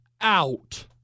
out